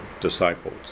disciples